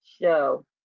show